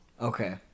Okay